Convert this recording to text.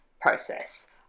process